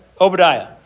Obadiah